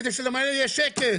כדי שיהיה שקט,